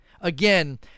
Again